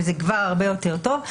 וזה כבר הרבה יותר טוב,